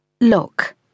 Look